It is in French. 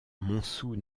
montsou